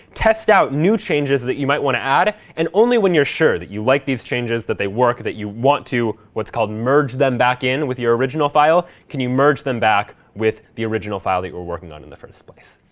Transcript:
test out new changes that you might want to add, and, only when you're sure that you like these changes, that they work that want to what's called merge them back in with your original file, can you merge them back with the original file that you were working on in the first place.